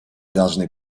должны